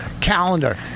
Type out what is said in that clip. calendar